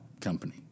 company